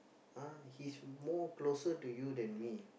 ah he's more closer to you than me